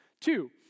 Two